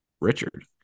Richard